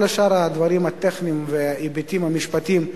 כל שאר הדברים הטכניים וההיבטים המשפטיים,